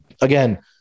Again